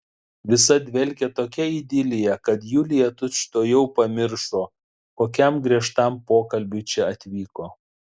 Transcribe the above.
visa dvelkė tokia idilija kad julija tučtuojau pamiršo kokiam griežtam pokalbiui čia atvyko